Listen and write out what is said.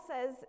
says